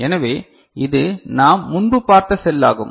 எனவே இது நாம் முன்பு பார்த்த செல் ஆகும்